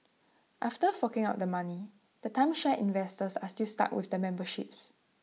after forking out the money the timeshare investors are still stuck with the memberships